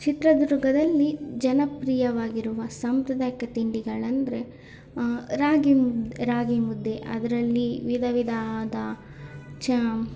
ಚಿತ್ರದುರ್ಗದಲ್ಲಿ ಜನಪ್ರಿಯವಾಗಿರುವ ಸಾಂಪ್ರದಾಯಿಕ ತಿಂಡಿಗಳಂದರೆ ರಾಗಿ ಮುದ್ದೆ ರಾಗಿ ಮುದ್ದೆ ಅದರಲ್ಲಿ ವಿಧ ವಿಧವಾದ ಚ